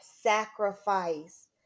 sacrifice